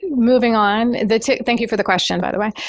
moving on, the tick thank you for the question by the way.